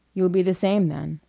you'll be the same then.